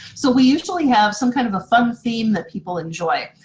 so we usually have some kind of a fun theme that people enjoy.